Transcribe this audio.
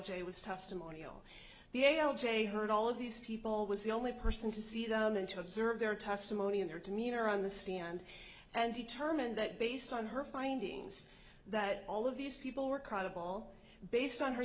j was testimonial the a l j heard all of these people was the only person to see them and to observe their testimony and their demeanor on the stand and determined that based on her findings that all of these people were credible based on her